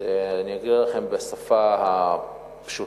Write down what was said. אני אגיד לכם בשפה הפשוטה: